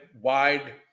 wide